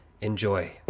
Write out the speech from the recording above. enjoy